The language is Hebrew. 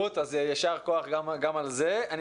ישר כוח, גם על התמציתיות ועל הבהירות.